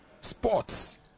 sports